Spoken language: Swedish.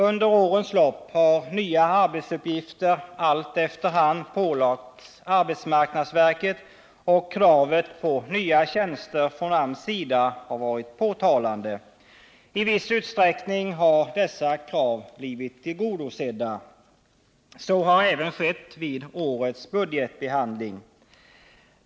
Under årens lopp har nya arbetsuppgifter allt efter hand pålagts arbetsmarknadsverket, och kraven på nya tjänster från AMS sida har varit påfallande. I viss utsträckning har dessa krav blivit tillgodosedda. Så har även skett vid årets budgetbehandling.